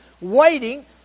waiting